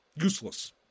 useless